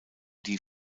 die